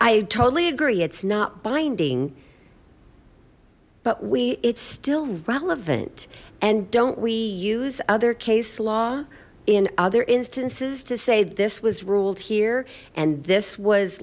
i totally agree it's not binding but we it's still relevant and don't we use other case law in other instances to say this was ruled here and this was